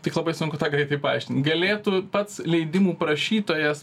tik labai sunku tą greitai paaiškint galėtų pats leidimų prašytojas